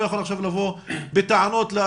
לא יכול עכשיו לבוא בטענות לאנשים.